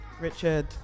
Richard